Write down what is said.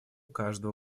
каждого